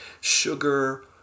sugar